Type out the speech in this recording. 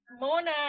Mona